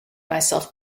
myself